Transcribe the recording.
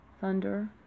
thunder